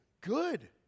good